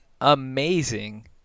amazing